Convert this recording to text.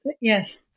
yes